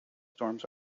storms